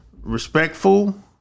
respectful